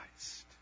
Christ